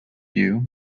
you